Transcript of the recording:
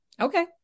Okay